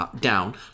down